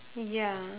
ya